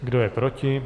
Kdo je proti?